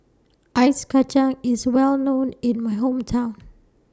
Ice Kacang IS Well known in My Hometown